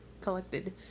collected